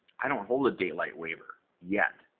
i don't hold a daylight waiver yet.